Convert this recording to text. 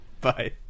Bye